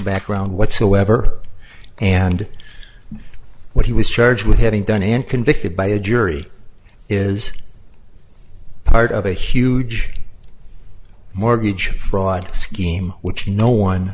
background whatsoever and what he was charged with having done and convicted by a jury is part of a huge mortgage fraud scheme which no one